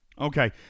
Okay